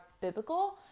biblical